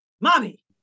mommy